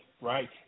Right